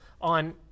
on